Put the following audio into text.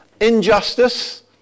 injustice